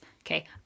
okay